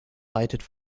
reitet